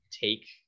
take